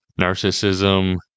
narcissism